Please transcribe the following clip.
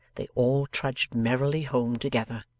they all trudged merrily home together.